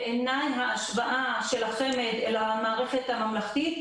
בעיניי ההשוואה של החמ"ד למערכת הממלכתית